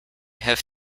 have